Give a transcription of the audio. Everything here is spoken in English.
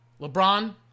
LeBron